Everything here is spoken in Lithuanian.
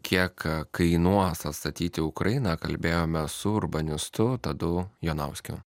kiek kainuos atstatyti ukrainą kalbėjome su urbanistu tadu jonauskiu